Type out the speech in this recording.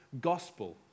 gospel